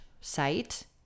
site